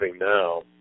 now